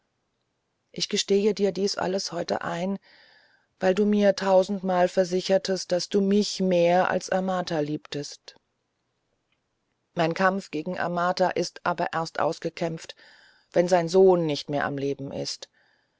ich gestehe dir dieses alles heute ein weil du mir hundertmal versichertest daß du mich mehr als amagata liebtest mein kampf gegen amagata ist aber erst ausgekämpft wenn sein sohn nicht mehr am leben ist